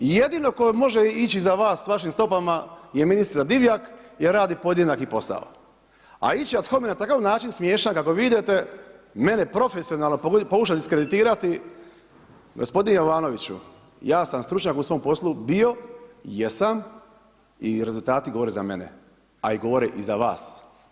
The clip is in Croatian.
Jedino tko može ići za vas, vašim stopama, je ministrica Divaj, jer radi podjednaki posao, a ići ad homenat na takav način, smiješan, kako vi idete, mene profesionalno pokušati diskreditirati, gospodin Jovanoviću, ja sam stručnjak u svom poslu, bio i jesam i rezultati govore za mene, a govore i za vas.